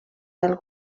del